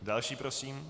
Další prosím.